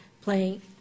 playing